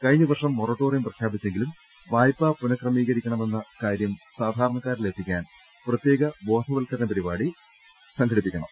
കഴിഞ്ഞ വർഷം മൊറട്ടോറിയം പ്രഖ്യാപിച്ചെങ്കിലും വായ്പ പുനക്രമീകരിക്കണമെന്ന കാര്യം സാധാരണക്കാരിലെത്തിക്കാൻ പ്രത്യേക ബോധവൽക്കരണ പരിപാടി സംഘടിപ്പിക്കണം